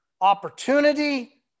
opportunity